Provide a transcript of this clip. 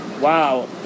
Wow